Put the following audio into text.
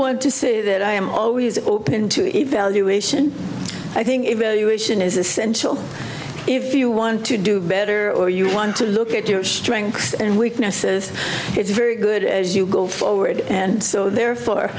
want to see that i am always open to evaluation i think evaluation is essential if you want to do better or you want to look at your strengths and weaknesses it's very good as you go forward and so therefore